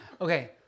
Okay